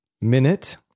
minute